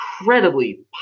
incredibly